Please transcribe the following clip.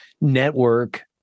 network